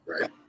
Right